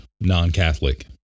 non-Catholic